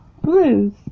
Blues